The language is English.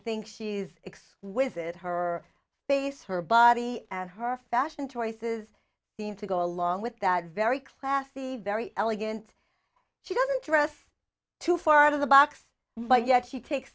think she's x wisit her face her body and her fashion choices seem to go along with that very classy very elegant she doesn't dress too far out of the box but yet she takes